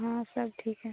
हाँ सब ठीक है